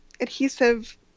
adhesive